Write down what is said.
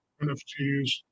NFTs